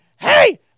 hey